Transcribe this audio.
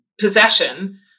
possession